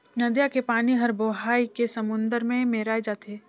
नदिया के पानी हर बोहाए के समुन्दर में मेराय जाथे